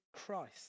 Christ